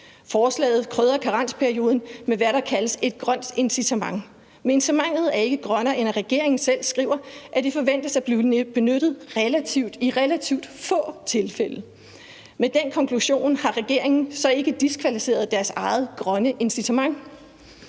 Forslaget krydrer karensperioden med, hvad der kaldes et grønt incitament, men incitamentet er ikke grønnere, end at regeringen selv skriver, at det forventes at blive benyttet i relativt få tilfælde. Med den konklusion har regeringen så ikke diskvalificeret sit eget grønne incitament?